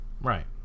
right